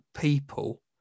people